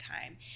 time